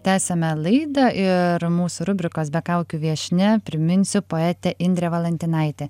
tęsiame laidą ir mūsų rubrikos be kaukių viešnia priminsiu poetė indrė valantinaitė